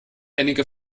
einige